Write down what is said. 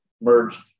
merged